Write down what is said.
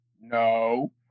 No